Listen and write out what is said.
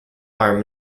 are